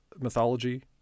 mythology